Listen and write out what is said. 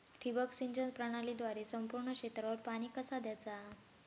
ठिबक सिंचन प्रणालीद्वारे संपूर्ण क्षेत्रावर पाणी कसा दयाचा?